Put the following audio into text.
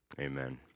amen